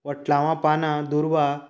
वटलांवां पानां दुर्वा